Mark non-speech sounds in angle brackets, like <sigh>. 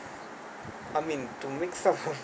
I mean to mix up <laughs>